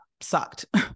sucked